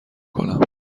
کنم